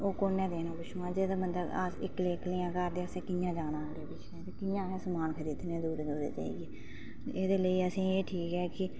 ओह् कुन्नै देना पिच्छुआं जेहड़े बंदे इक्कले इक्कले ना घर ते असें कि'यां जाना ते कि'यां असें समान खरीदना दूरा जाइयै एहदे लेई असेंगी एह् ठीक ऐ कि